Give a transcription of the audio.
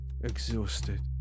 exhausted